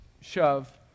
shove